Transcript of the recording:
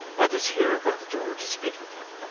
and is here at the door to speak with him.